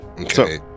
Okay